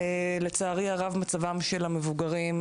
לצערי הרב מצבם של המבוגרים,